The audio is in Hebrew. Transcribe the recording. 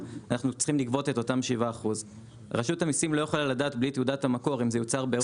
רשות המסים לא יכולה לדעת בלי תעודת המקור אם זה יוצר באירופה.